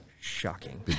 Shocking